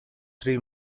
three